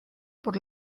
por